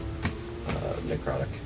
necrotic